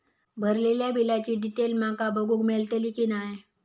भरलेल्या बिलाची डिटेल माका बघूक मेलटली की नाय?